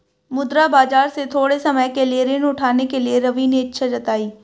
मुद्रा बाजार से थोड़े समय के लिए ऋण उठाने के लिए रवि ने इच्छा जताई